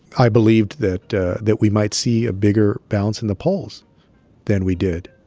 i believed that that we might see a bigger bounce in the polls than we did.